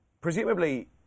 Presumably